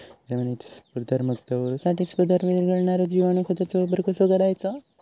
जमिनीतील स्फुदरमुक्त होऊसाठीक स्फुदर वीरघळनारो जिवाणू खताचो वापर कसो करायचो?